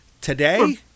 Today